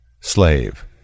Slave